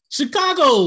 Chicago